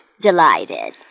Delighted